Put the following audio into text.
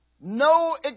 No